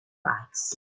lakes